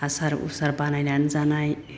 आसार उसार बानायनानै जानाय